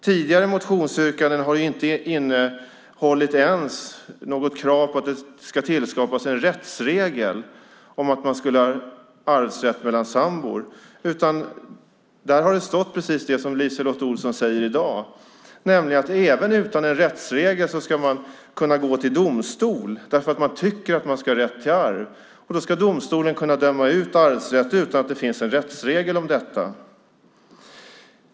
Tidigare motionsyrkanden har inte innehållit ens något krav på att det ska tillskapas en rättsregel om arvsrätt mellan sambor, utan det har stått precis såsom LiseLotte Olsson säger i dag, nämligen att man även utan en rättsregel ska kunna gå till domstol därför att man tycker att man ska ha rätt till arv. Då ska domstolen kunna döma ut arvsrätt utan att det finns en rättsregel om detta.